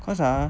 cause ah